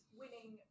winning